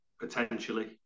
potentially